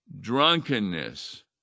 drunkenness